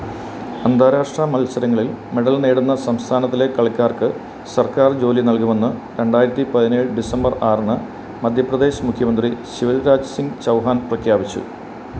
അന്താരാഷ്ട്ര മത്സരങ്ങളിൽ മെഡൽ നേടുന്ന സംസ്ഥാനത്തിലെ കളിക്കാർക്ക് സർക്കാർ ജോലി നൽകുമെന്ന് രണ്ടായിരത്തി പതിനേഴ് ഡിസംബർ ആറിന് മധ്യപ്രദേശ് മുഖ്യമന്ത്രി ശിവരാജ് സിംഗ് ചൗഹാൻ പ്രഖ്യാപിച്ചു